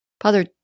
Father